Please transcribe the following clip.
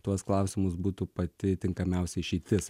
tuos klausimus būtų pati tinkamiausia išeitis